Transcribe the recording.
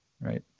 right